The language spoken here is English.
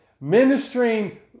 ministering